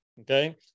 Okay